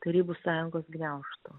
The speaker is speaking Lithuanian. tarybų sąjungos gniaužtų